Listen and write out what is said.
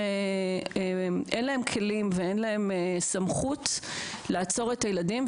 אין כלים ואין סמכות לעצור את הילדים,